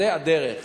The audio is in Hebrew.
זו הדרך,